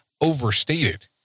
overstated